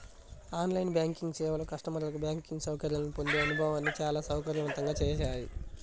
on line banking సేవలు కస్టమర్లకు banking సౌకర్యాలను పొందే అనుభవాన్ని చాలా సౌకర్యవంతంగా చేశాయి